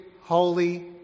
holy